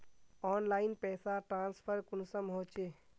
Online पैसा transfer कुंसम होचे?